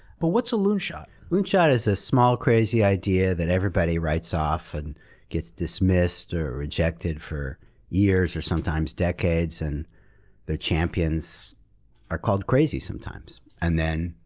but what's a loonshot? a loonshot is a small, crazy idea that everybody writes off and gets dismissed or rejected for years, or sometimes decades, and their champions are called crazy sometimes. and then,